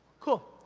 cool,